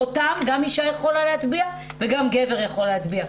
חותם גם אישה יכולה להטביע וגם גבר יכול להטביע.